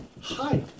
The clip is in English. Hi